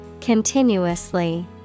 Continuously